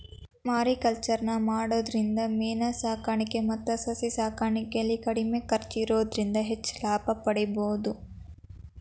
mariculture ನ ಮಾಡೋದ್ರಿಂದ ಮೇನ ಸಾಕಾಣಿಕೆ ಮತ್ತ ಸಸಿ ಸಾಕಾಣಿಕೆಯಲ್ಲಿ ಕಡಿಮೆ ಖರ್ಚ್ ಇರೋದ್ರಿಂದ ಹೆಚ್ಚ್ ಲಾಭ ಪಡೇಬೋದು